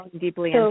deeply